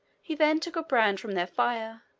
he then took a brand from their fire,